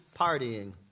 Partying